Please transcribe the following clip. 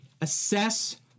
Assess